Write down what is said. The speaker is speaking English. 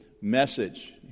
message